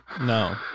No